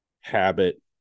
habit